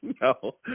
No